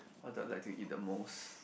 what the like to eat the most